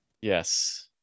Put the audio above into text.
Yes